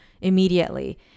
immediately